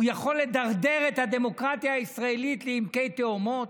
הוא יכול לדרדר את הדמוקרטיה הישראלית לעומקי תהומות,